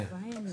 צוהריים טובים,